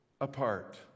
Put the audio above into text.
apart